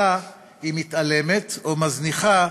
ובמקרה הרע היא מתעלמת או מזניחה,